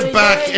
back